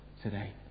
today